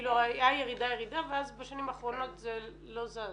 הייתה ירידה ואז בשנים האחרונות זה לא זז?